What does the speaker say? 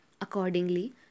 Accordingly